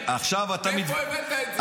מה, אי-אפשר גם וגם?